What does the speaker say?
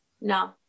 no